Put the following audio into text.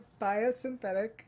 biosynthetic